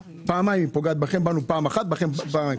בנו היא פוגעת פעם אחת ובכם היא פוגעת פעמיים.